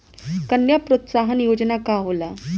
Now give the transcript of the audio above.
कन्या प्रोत्साहन योजना का होला?